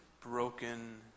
broken